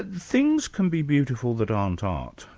ah things can be beautiful that aren't art,